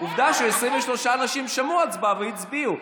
עובדה ש-23 אנשים שמעו הצבעה והצביעו,